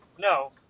no